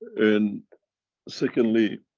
and secondly,